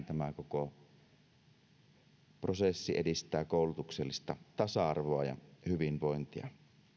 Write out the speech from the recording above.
tämä koko prosessi edistää koulutuksellista tasa arvoa ja hyvinvointia